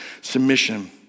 submission